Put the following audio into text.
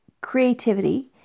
creativity